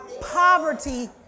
poverty